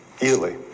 easily